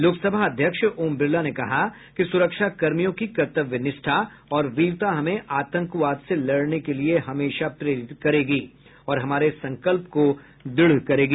लोकसभा अध्यक्ष ओम बिरला ने कहा कि सुरक्षाकर्मियों की कर्तव्य निष्ठा और वीरता हमें आतंकवाद से लड़ने के लिए हमेशा प्रेरित करेगी और हमारे संकल्प को दृढ़ करेगी